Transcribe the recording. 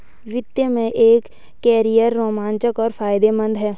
वित्त में एक कैरियर रोमांचक और फायदेमंद है